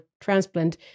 transplant